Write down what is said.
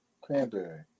Cranberry